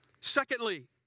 Secondly